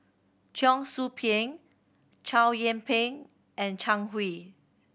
Cheong Soo Pieng Chow Yian Ping and Zhang Hui